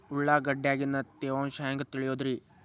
ಉಳ್ಳಾಗಡ್ಯಾಗಿನ ತೇವಾಂಶ ಹ್ಯಾಂಗ್ ತಿಳಿಯೋದ್ರೇ?